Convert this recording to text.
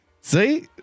See